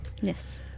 Yes